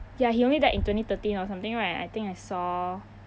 ya he only died in twenty thirteen or something right I think I saw